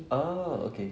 oh okay